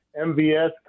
MVS